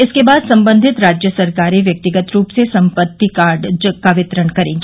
इसके बाद संबंधित राज्य सरकारें व्यक्तिगत रूप से संपत्ति कार्ड का वितरण करेगी